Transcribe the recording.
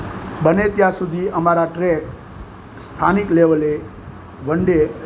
બને ત્યાં સુધી અમારા ટ્રેક સ્થાનિક લેવલે વનડે